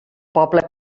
poble